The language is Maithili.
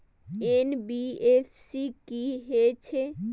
एन.बी.एफ.सी की हे छे?